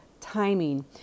timing